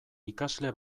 ikasle